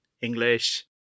English